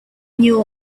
knew